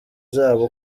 zabo